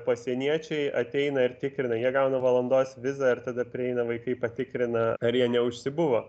pasieniečiai ateina ir tikrina jie gauna valandos vizą ir tada prieina vaikai patikrina ar jie neužsibuvo